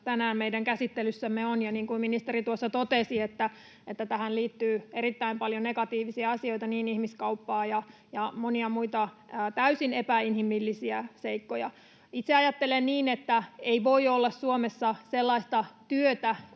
tänään meidän käsittelyssämme on. Ja niin kuin ministeri tuossa totesi, tähän liittyy erittäin paljon negatiivisia asioita, ihmiskauppaa ja monia muita täysin epäinhimillisiä seikkoja. Itse ajattelen niin, että ei voi olla Suomessa sellaista työtä